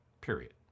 period